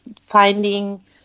finding